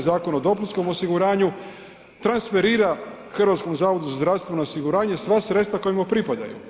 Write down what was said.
Zakona o dopunskom osiguranju transferira HZZO-u sva sredstva koja mu pripadaju.